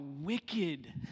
wicked